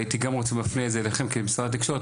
הייתי גם מפנה את זה אליכם כמשרד התקשורת,